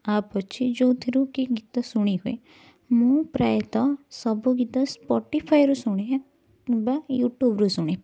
app ଅଛି ଯେଉଁଥିରୁ କି ଗୀତ ଶୁଣିହୁଏ ମୁଁ ପ୍ରାୟତଃ ସବୁ ଗୀତ ସ୍ପଟିଫାଏରୁ ଶୁଣେ ବା ୟୁଟ୍ୟୁବରୁ ଶୁଣେ